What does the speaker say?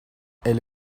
elle